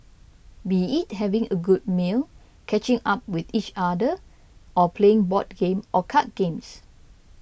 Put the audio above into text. be it having a good meal catching up with each other or playing board game or card games